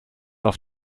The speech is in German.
auf